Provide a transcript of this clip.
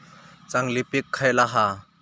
चांगली पीक खयला हा?